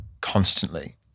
constantly